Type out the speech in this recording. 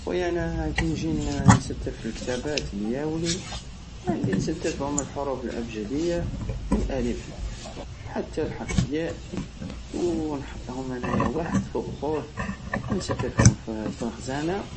خويا انا كي نجي نستف لكتابات دياولي وعل- نستفهم بالحروف الأبجدية من الألف حتى لحرف الياء ونحطهم أنيا واحد فوق خوه ونستفهم فل- فالخزانة